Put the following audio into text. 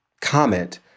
comment